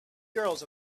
girls